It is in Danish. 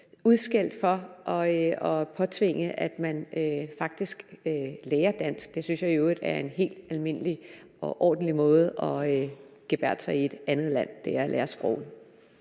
udskældt for at påtvinge dem, at de faktisk lærer dansk. Det synes jeg i øvrigt er en helt almindelig og ordentlig måde at gebærde sig på i et andet land, altså at lære sproget.